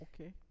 Okay